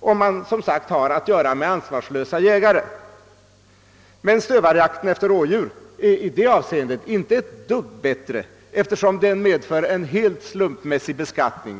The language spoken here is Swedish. om man har att göra med ansvarslösa jägare. Men stövarjakten efter rådjur är i det avseendet inte ett dugg bättre, eftersom den medför en helt slumpmässig beskattning.